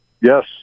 Yes